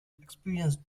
experienced